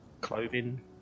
Clothing